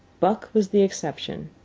buck was the exception.